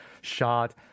shot